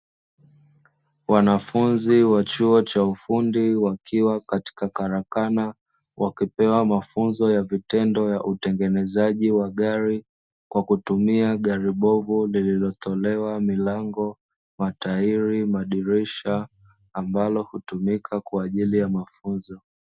Wanafunzi wa chuo cha ufundi wakiwa katika karakana, wakipewa mafunzo ya vitendo ya utengenezaji wa gari, kwa kutumia gari bovu lililotolewa milango, matairi, madirisha ambalo hutumika kwa ajili ya mafunzo.